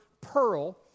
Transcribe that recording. pearl